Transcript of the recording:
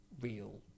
real